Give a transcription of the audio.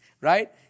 right